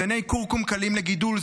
זני כורכום קלים לגידול,